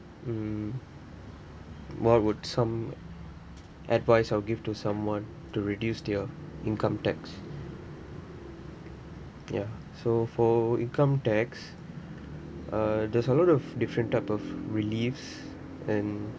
hmm what would some advice I'll give to someone to reduce their income tax ya so for income tax uh there's a lot of different type of reliefs and